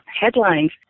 headlines